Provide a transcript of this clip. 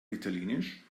italienisch